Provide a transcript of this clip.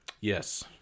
Yes